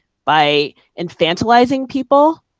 by infantilizeing people,